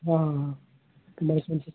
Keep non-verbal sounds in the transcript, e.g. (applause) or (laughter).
हां हां (unintelligible)